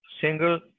single